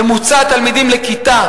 ממוצע התלמידים לכיתה,